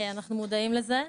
אנחנו מודעים לזה.